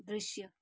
दृश्य